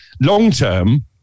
long-term